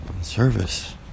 service